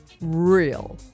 real